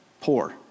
poor